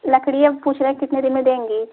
लकड़िया पूछ रहे कितने दिन में देंगे